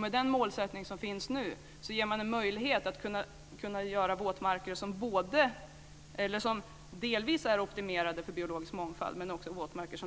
Med den målsättning som nu finns ger man en möjlighet att göra våtmarker som delvis är optimerade för biologisk mångfald,